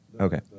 Okay